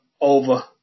over